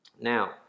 Now